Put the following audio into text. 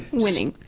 winning.